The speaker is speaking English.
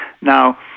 Now